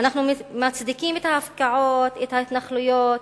אנחנו מצדיקים את ההפקעות, את ההתנחלויות,